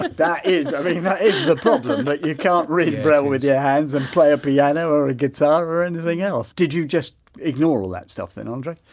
but that is i mean that is the problem that you can't read braille with your hands and play a piano or a guitar or anything else. did you just ignore all that stuff then andre?